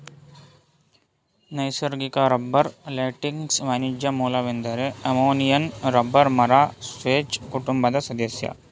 ನೈಸರ್ಗಿಕ ರಬ್ಬರ್ ಲ್ಯಾಟೆಕ್ಸ್ನ ವಾಣಿಜ್ಯ ಮೂಲವೆಂದರೆ ಅಮೆಜೋನಿಯನ್ ರಬ್ಬರ್ ಮರ ಸ್ಪರ್ಜ್ ಕುಟುಂಬದ ಸದಸ್ಯ